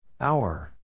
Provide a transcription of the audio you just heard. Hour